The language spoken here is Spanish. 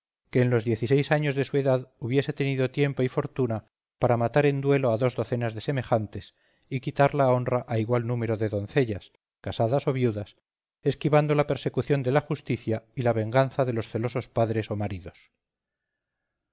que en los diez y seis años de su edad hubiese tenido tiempo y fortuna para matar en duelo a dos docenas de semejantes y quitar la honra a igual número de doncellas casadas o viudas esquivando la persecución de la justicia y la venganza de celosos padres o maridos